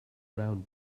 round